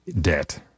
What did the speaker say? debt